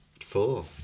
Four